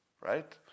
right